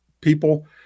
people